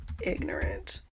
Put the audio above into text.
ignorant